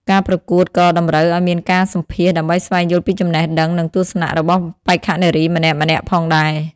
ការប្រកួតក៏តម្រូវឲ្យមានការសម្ភាសន៍ដើម្បីស្វែងយល់ពីចំណេះដឹងនិងទស្សនៈរបស់បេក្ខនារីម្នាក់ៗផងដែរ។